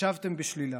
השבתם בשלילה.